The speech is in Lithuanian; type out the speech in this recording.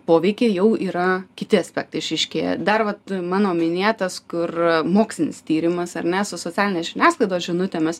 poveikį jau yra kiti aspektai išryškėja dar vat mano minėtas kur mokslinis tyrimas ar ne su socialinės žiniasklaidos žinutėmis